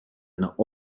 einer